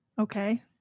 Okay